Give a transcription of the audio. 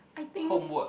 I think